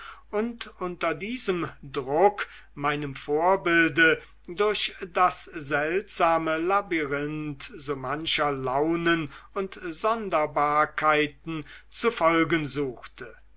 und unter diesem druck meinem vorbilde durch das seltsame labyrinth so mancher launen und sonderbarkeiten zu folgen suchte